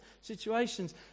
situations